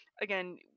again